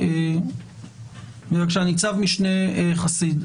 ניצב משנה חסיד,